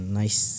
nice